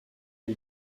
lui